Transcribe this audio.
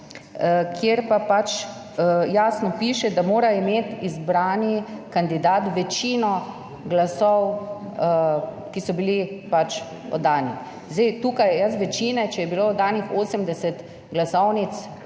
kjer pa jasno piše, da mora imeti izbrani kandidat večino glasov, ki so bili oddani. Zdaj tukaj jaz večine, če je bilo oddanih 80 glasovnic,